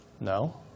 No